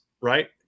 right